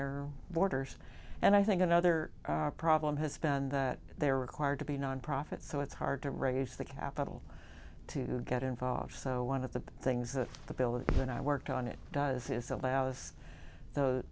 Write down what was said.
their borders and i think another problem has been that they are required to be nonprofit so it's hard to raise the capital to get involved so one of the things that the bill of and i worked on it does is allow us th